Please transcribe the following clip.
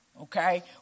Okay